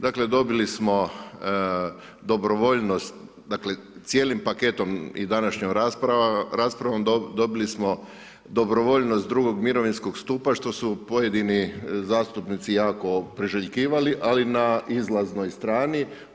Dakle, dobili smo dobrovoljnost dakle, cijelim paketom i današnjom raspravom, dobili smo dobrovoljnost drugog mirovinskog stupa što su pojedini zastupnici jako priželjkivali ali na izlaznoj strani.